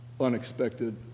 unexpected